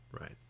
right